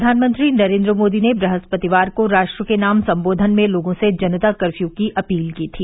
प्रधानमंत्री नरेन्द्र मोदी ने बृहस्पतिवार को राष्ट्र के नाम संबोधन में लोगों से जनता कर्फ्यू की अपील की थी